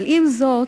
אבל עם זאת,